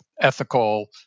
ethical